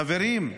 חברים,